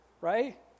right